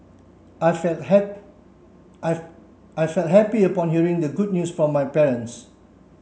I felt I I felt happy upon hearing the good news from my parents